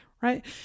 right